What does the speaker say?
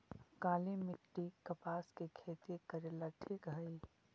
काली मिट्टी, कपास के खेती करेला ठिक हइ?